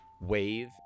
Wave